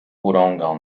urągał